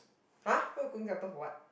!huh! why you going katong for what